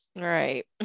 Right